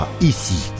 ici